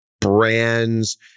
brands